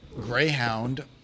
Greyhound